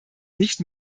nicht